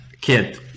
Kid